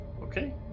Okay